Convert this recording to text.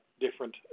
different